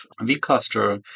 vCluster